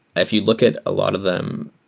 if you look at a lot of them,